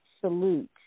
Salute